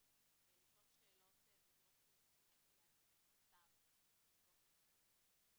לשאול שאלות ולדרוש את התשובות שלהן בכתב ובאופן תקופתי.